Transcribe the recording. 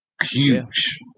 huge